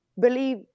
believe